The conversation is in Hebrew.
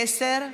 10?